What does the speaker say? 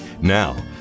Now